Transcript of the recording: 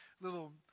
little